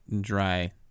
dry